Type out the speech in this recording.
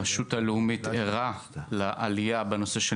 הרשות הלאומית ערה לעלייה בנושא של